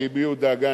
שהביעו דאגה,